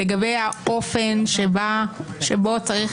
לגבי האופן שבו צריך,